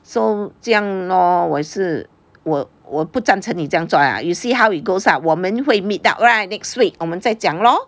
so 这样 lor 我是我不赞成你这样做啦 you see how it goes out lah 我们会 meet up right next week 我们在讲 lor